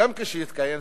וגם כשיתקיים,